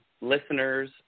listeners